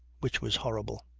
which was horrible.